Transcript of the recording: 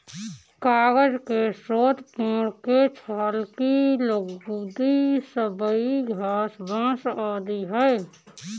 कागज के स्रोत पेड़ के छाल की लुगदी, सबई घास, बाँस आदि हैं